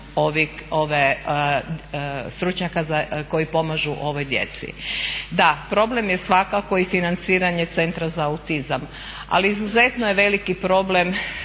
rad stručnjaka koji pomažu ovoj djeci. Da, problem je svakako i financiranje Centra za autizam, ali izuzetno je veliki problem